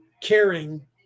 caring